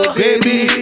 baby